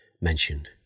mentioned